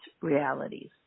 realities